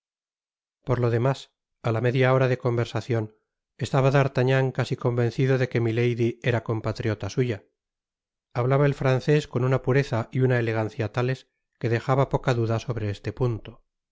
por lo demás á la media hora de conversacion estaba d'artafrnan casi convencido de que milady era compatriota suya hablaba el francés con una pureza y una elegancia tales que dejaba poca duda sobre este punto